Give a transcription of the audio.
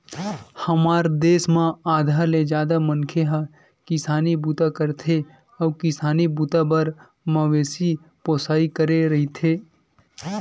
हमर देस म आधा ले जादा मनखे ह किसानी बूता करथे अउ किसानी बूता बर मवेशी पोसई करे रहिथे